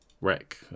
Wreck